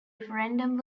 referendum